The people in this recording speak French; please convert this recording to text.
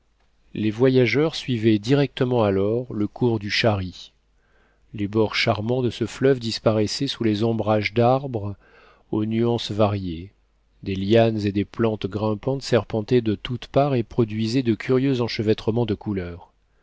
les voyageurs suivaient directement alors le cours du shari les bords charmants de ce fleuve disparaissaient sous les ombrages d'arbres aux nuances variées des lianes et des plantes grimpantes serpentaient de toutes parts et produisaient de curieux enchevêtrements de couleurs